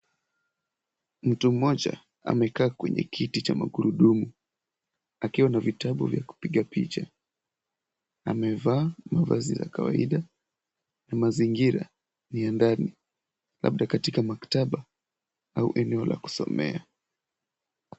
Mtu mmoja amekaa kwenye kiti cha magurudumu akiwa na vitabu vya kupiga picha. Amevaa mavazi za kawaida na mazingira ni ya ndani labda katika maktaba au eneo la kusomea.